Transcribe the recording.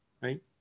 right